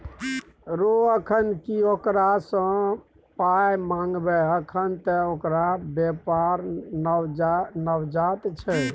रौ अखन की ओकरा सँ पाय मंगबै अखन त ओकर बेपार नवजात छै